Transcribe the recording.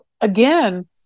again